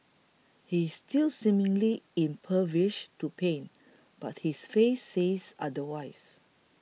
he's still seemingly impervious to pain but his face says otherwise